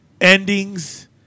endings